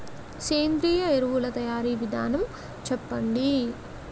సేంద్రీయ ఎరువుల తయారీ విధానం చెప్పండి?